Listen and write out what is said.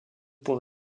pour